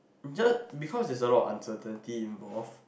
just because there's a lot of uncertainty involved